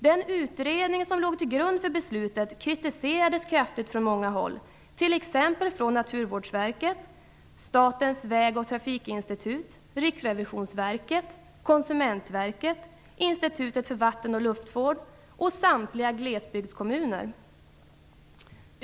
Den utredning som låg till grund för beslutet kritiserades kraftigt från många håll, t.ex. från Naturvårdsverket, Statens väg och trafikinstitut, Riksrevisionsverket, Konsumentverket, Institutet för vattenoch luftvård och samtliga glesbygdskommuner.